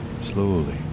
slowly